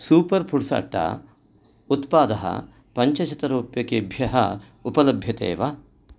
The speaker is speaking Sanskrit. सूपर् पुड्स् अट्टा उत्पादः पञ्चशतरूप्यकेभ्यः उपलभ्यते वा